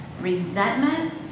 resentment